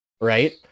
right